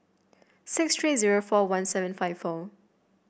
six three zero four one seven five four